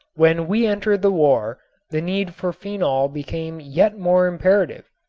when we entered the war the need for phenol became yet more imperative,